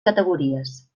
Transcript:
categories